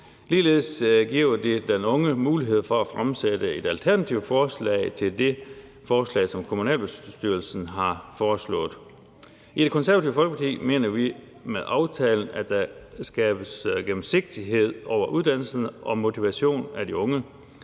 Ligeledes giver det den unge mulighed for at fremsætte et alternativt forslag til det forslag, som kommunalbestyrelsen er kommet med. I Det Konservative Folkeparti mener vi, at der med aftalen skabes gennemsigtighed med hensyn til uddannelsen og motivation af de unge